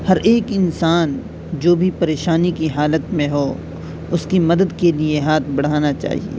ہر ایک انسان جو بھی پریشانی کی حالت میں ہو اس کی مدد کے لیے ہاتھ بڑھانا چاہیے